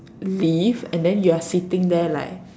leave and then you are sitting there like